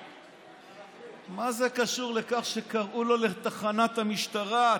מה זה קשור לכך שקראו לו לתחנת המשטרה?